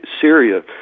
Syria